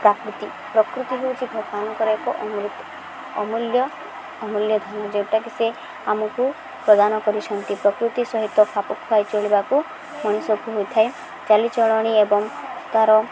ପ୍ରାକୃତି ପ୍ରକୃତି ହେଉଛି ଭଗବାନଙ୍କର ଏକ ଅମ ଅମୂଲ୍ୟ ଅମୂଲ୍ୟ ଧନ ଯେଉଁଟାକି ସେ ଆମକୁ ପ୍ରଦାନ କରିଛନ୍ତି ପ୍ରକୃତି ସହିତ ଖାପ ଖୁଆାଇ ଚଳିବାକୁ ମଣିଷକୁ ହୋଇଥାଏ ଚାଲିଚଳଣି ଏବଂ ତାର